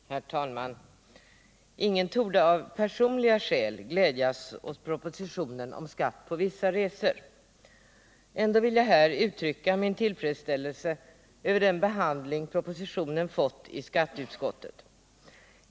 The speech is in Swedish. Herr talman! Ingen torde av personliga skäl glädjas åt propositionen om skatt på vissa resor. Ändå vill jag här uttrycka min tillfredsställelse över den behandling propositionen fått i skatteutskottet.